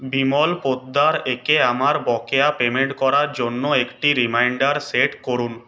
বিমল পোদ্দার একে আমার বকেয়া পেমেন্ট করার জন্য একটি রিমাইন্ডার সেট করুন